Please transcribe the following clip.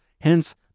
Hence